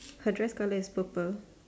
her dress colour is purple